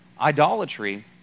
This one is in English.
idolatry